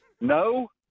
No